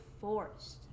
Forest